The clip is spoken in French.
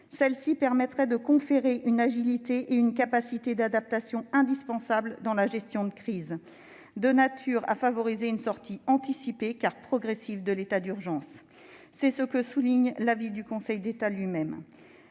Celle-ci permettrait de conférer une agilité et une capacité d'adaptation indispensables dans la gestion de crise, de nature à favoriser une sortie anticipée, car progressive, de l'état d'urgence. C'est ce que souligne l'avis du Conseil d'État lui-même.